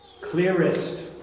clearest